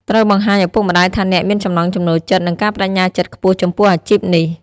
ត្រូវបង្ហាញឪពុកម្ដាយថាអ្នកមានចំណង់ចំណូលចិត្ត និងការប្តេជ្ញាចិត្តខ្ពស់ចំពោះអាជីពនេះ។